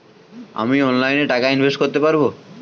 আমি অনলাইনে টাকা ইনভেস্ট করতে পারবো?